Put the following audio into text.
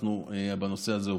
אנחנו עובדים בנושא הזה.